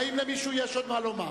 האם למישהו יש עוד מה לומר?